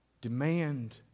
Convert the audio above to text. demand